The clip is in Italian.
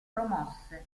promosse